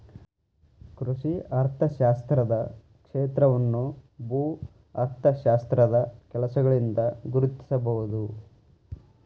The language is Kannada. ಕೃಷಿ ಅರ್ಥಶಾಸ್ತ್ರದ ಕ್ಷೇತ್ರವನ್ನು ಭೂ ಅರ್ಥಶಾಸ್ತ್ರದ ಕೆಲಸಗಳಿಂದ ಗುರುತಿಸಬಹುದು